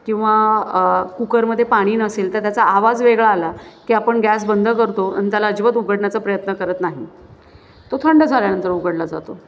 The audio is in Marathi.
किंवा कुकरमध्ये पाणी नसेल तर त्याचा आवाज वेगळा आला की आपण गॅस बंद करतो आणि त्याला अजिबात उघडण्याचा प्रयत्न करत नाही तो थंड झाल्यानंतर उघडला जातो